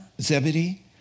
Zebedee